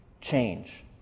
change